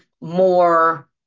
more